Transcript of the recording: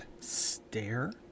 stare